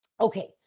Okay